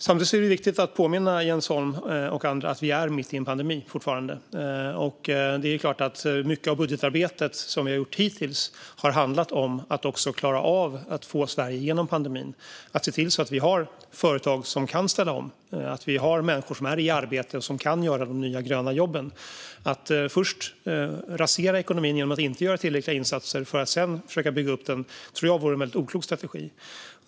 Samtidigt är det viktigt att påminna Jens Holm och andra om att vi fortfarande är mitt i en pandemi. Mycket av det budgetarbete som har gjorts hittills har handlat om att klara av att få Sverige genom pandemin, att se till så att det finns företag som kan ställa om, att människor är i arbete och kan utföra de nya gröna jobben. Att först rasera ekonomin genom att inte göra tillräckliga insatser för att sedan försöka bygga upp den är en oklok strategi.